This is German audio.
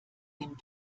dem